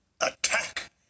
attack